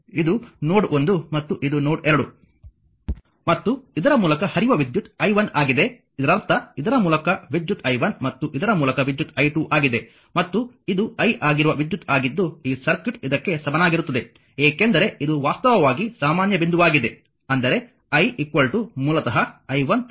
ಇದು ನೋಡ್ 1 ಮತ್ತು ಇದು ನೋಡ್ 2 ಮತ್ತು ಇದರ ಮೂಲಕ ಹರಿಯುವ ವಿದ್ಯುತ್ i1 ಆಗಿದೆ ಇದರರ್ಥ ಇದರ ಮೂಲಕ ವಿದ್ಯುತ್ i1 ಮತ್ತು ಇದರ ಮೂಲಕ ವಿದ್ಯುತ್ i2 ಆಗಿದೆ ಮತ್ತು ಇದು i ಆಗಿರುವ ವಿದ್ಯುತ್ ಆಗಿದ್ದು ಈ ಸರ್ಕ್ಯೂಟ್ ಇದಕ್ಕೆ ಸಮನಾಗಿರುತ್ತದೆ ಏಕೆಂದರೆ ಇದು ವಾಸ್ತವವಾಗಿ ಸಾಮಾನ್ಯ ಬಿಂದುವಾಗಿದೆ ಅಂದರೆ i ಮೂಲತಃ i1 i2